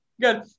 good